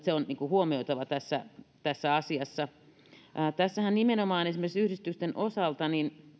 se on huomioitava tässä tässä asiassa tässähän nimenomaan esimerkiksi yhdistysten osalta